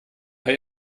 weil